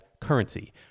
currency